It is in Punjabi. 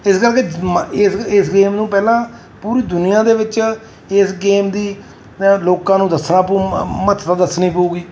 ਇਸ ਕਰਕੇ ਮ ਇਸ ਇਸ ਗੇਮ ਨੂੰ ਪਹਿਲਾਂ ਪੂਰੀ ਦੁਨੀਆਂ ਦੇ ਵਿੱਚ ਇਸ ਗੇਮ ਦੀ ਲੋਕਾਂ ਨੂੰ ਦੱਸਣਾ ਪਊ ਮ ਮਹੱਤਤਾ ਦੱਸਣੀ ਪਵੇਗੀ